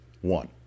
One